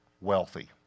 wealthy